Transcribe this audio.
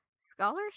scholarship